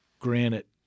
granite